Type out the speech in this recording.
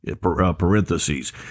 parentheses